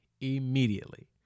immediately